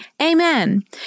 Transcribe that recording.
amen